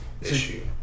issue